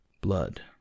Blood